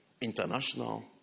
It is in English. International